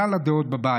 כלל הדעות בבית: